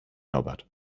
norbert